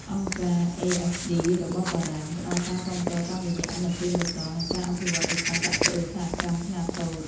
អង្គការ AFD (របស់បារាំង) ផ្ដល់ការគាំទ្រតាមរយៈ "ឥណទានបៃតង" និងការអភិវឌ្ឍវិស័យកសិ-ឧស្សាហកម្មខ្នាតតូច។